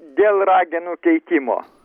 dėl ragenų keitimo